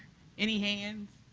any hands?